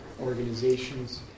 organizations